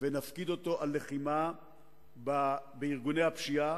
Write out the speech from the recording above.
ונפקיד אותו על הלחימה בארגוני הפשיעה,